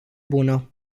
bună